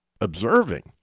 observing